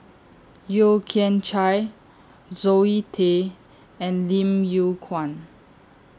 Yeo Kian Chai Zoe Tay and Lim Yew Kuan